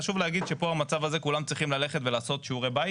חשוב להגיד שפה במצב הזה כולם צריכים ללכת ולעשות שיעורי בית